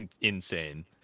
insane